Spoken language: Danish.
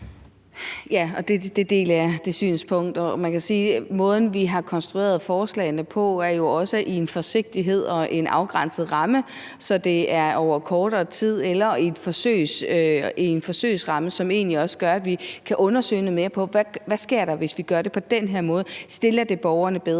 Ja, det synspunkt deler jeg. Og man kan sige, at måden, vi har konstrueret forslagene på, jo også er sket med forsigtighed og i en afgrænset ramme, så det er over kortere tid eller i en forsøgsramme, hvilket egentlig også gør, at vi kan undersøge lidt mere, hvad der sker, hvis vi gør det på den her måde. Stiller det borgerne bedre?